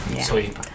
sweet